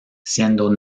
siendo